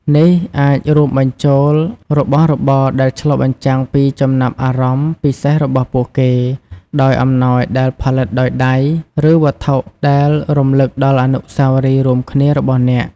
នេះអាចរួមបញ្ចូលរបស់របរដែលឆ្លុះបញ្ចាំងពីចំណាប់អារម្មណ៍ពិសេសរបស់ពួកគេ ដោយអំណោយដែលផលិតដោយដៃ ឬវត្ថុដែលរំលឹកដល់អនុស្សាវរីយ៍រួមគ្នារបស់អ្នក។